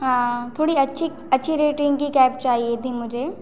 हाँ थोड़ी अच्छी अच्छे रेटिंग की कैब चाहिए थी मुझे